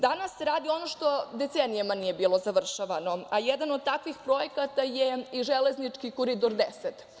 Danas radimo ono što decenijama nije bilo završavano, a jedan od takvih projekata je i železnički Koridor 10.